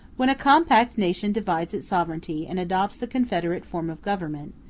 when a compact nation divides its sovereignty, and adopts a confederate form of government,